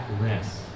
rest